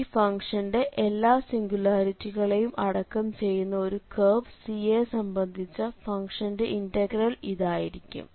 ഈ ഫംഗ്ഷന്റെ എല്ലാ സിംഗിലാരിറ്റികളെയും അടക്കം ചെയ്യുന്ന ഒരു കേർവ് C യെ സംബന്ധിച്ച ഫംഗ്ഷന്റെ ഇന്റഗ്രൽ ഇതായിരിക്കും